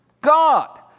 God